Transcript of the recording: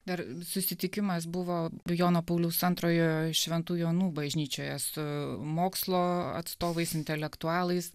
dar susitikimas buvo jono pauliaus antrojo šventų jonų bažnyčioje su mokslo atstovais intelektualais